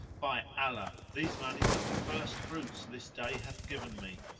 by allah, these monies are the first fruits this day hath given me.